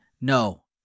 No